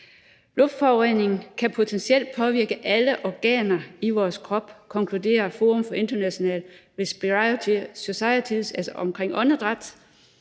Luftforureningen kan potentielt påvirke alle organer i vores krop, konkluderer Forum of International Respiratory Societies, som altså handler om åndedrættet.